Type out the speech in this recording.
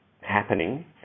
happening